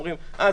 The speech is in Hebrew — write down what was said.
אומרים: אה,